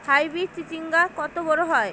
Hybrid চিচিংঙ্গা কত বড় হয়?